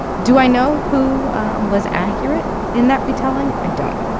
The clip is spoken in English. do i know who was accurate in that retelling? i don't.